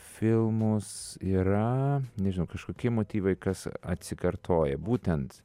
filmus yra nežinau kažkokie motyvai kas atsikartoja būtent